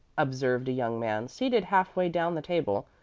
observed a young man seated half-way down the table,